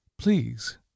Please